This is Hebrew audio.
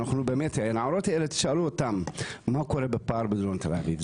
אנחנו באמת הנערות האלה תשאלו אותם מה קורה בפער בדרום תל אביב,